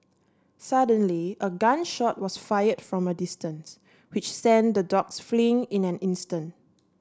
suddenly a gun shot was fired from a distance which sent the dogs fleeing in an instant